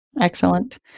Excellent